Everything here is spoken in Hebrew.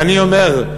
ואני אומר,